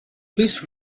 please